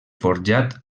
forjat